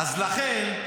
אז לכן,